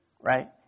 right